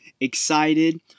excited